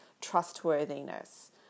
trustworthiness